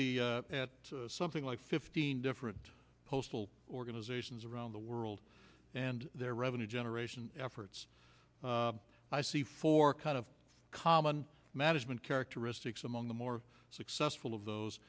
at something like fifteen different postal organizations around the world and their revenue generation efforts i see for kind of common management characteristics among the more successful of